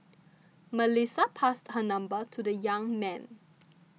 Melissa passed her number to the young man